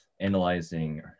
analyzing